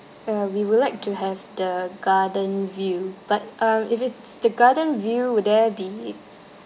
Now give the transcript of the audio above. uh we would like to have the garden view but um if it's the garden view would there be